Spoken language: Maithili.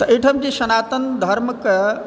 तऽ एहिठाम जे सनातन धर्मके